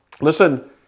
Listen